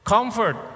Comfort